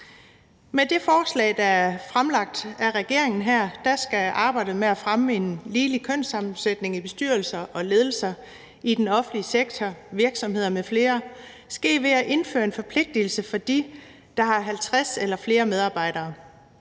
Med det forslag, der er fremsat af regeringen her, skal arbejdet med at fremme en ligelig kønssammensætning i bestyrelser og ledelser i den offentlige sektor, virksomheder m.fl. ske ved at indføre en forpligtelse for dem, der har 50 eller flere medarbejdere.